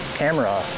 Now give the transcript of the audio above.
camera